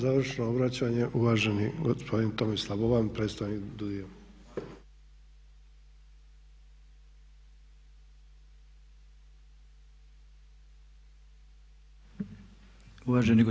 Završno obraćanje, uvaženi gospodin Tomislav Boban, predstavnik DUUDI-ja.